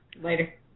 Later